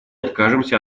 откажемся